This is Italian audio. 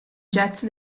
jazz